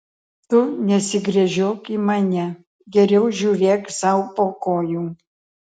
tu nesigręžiok į mane geriau žiūrėk sau po kojų